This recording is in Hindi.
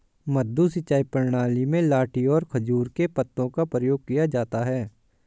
मद्दू सिंचाई प्रणाली में लाठी और खजूर के पत्तों का प्रयोग किया जाता है